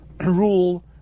rule